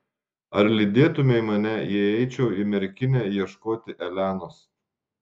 ar lydėtumei mane jei eičiau į merkinę ieškoti elenos